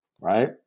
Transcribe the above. right